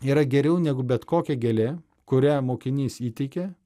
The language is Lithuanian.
yra geriau negu bet kokia gėlė kurią mokinys įteikė